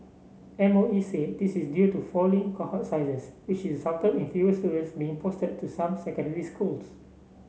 M O E said this is due to falling cohort sizes which resulted in fewer students being posted to some secondary schools